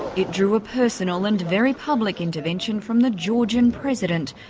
it drew a personal and very public intervention from the georgian president,